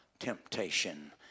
Temptation